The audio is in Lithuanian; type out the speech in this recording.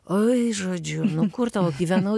oi žodžiu nu kur tau gyvenau